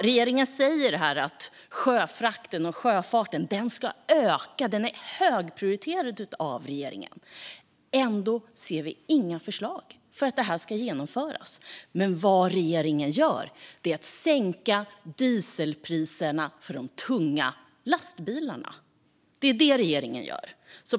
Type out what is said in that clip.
Regeringen säger att sjöfrakten och sjöfarten ska öka. Det är högprioriterat av regeringen - ändå ser vi inga förslag på hur det ska genomföras. Det regeringen gör är i stället att sänka dieselpriserna för de tunga lastbilarna.